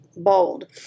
Bold